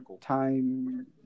time